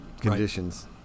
conditions